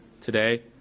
Today